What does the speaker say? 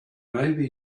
maybe